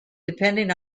depending